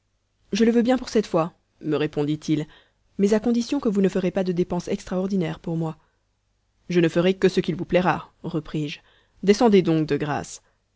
je le veux bien pour cette fois me répondit-il mais à condition que vous ne ferez pas de dépense extraordinaire pour moi je ne ferai que ce qu'il vous plaira repris-je descendez donc de grâce